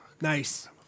nice